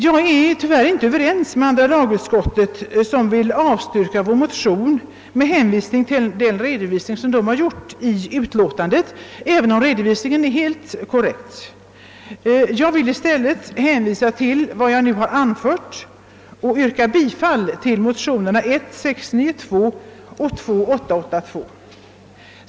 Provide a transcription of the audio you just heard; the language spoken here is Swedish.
Jag är tyvärr inte överens med andra lagutskottet som vill avstyrka vår motion med hänvisning till den redovisning som finns i utskottsutlåtandet, även om redovisningen är helt korrekt. Jag kommer i stället senare att yrka bifall till motionerna 1:693 och II: 882.